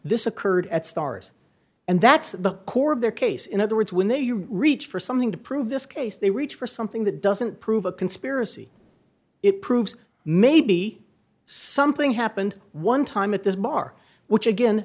this occurred at stars and that's the core of their case in other words when they reach for something to prove this case they reach for something that doesn't prove a conspiracy it proves maybe something happened one time at this bar which again